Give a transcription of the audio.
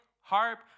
harp